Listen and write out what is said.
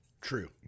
True